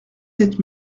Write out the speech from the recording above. sept